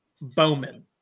Bowman